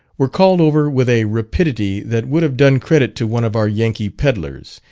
were called over with a rapidity that would have done credit to one of our yankee pedlars,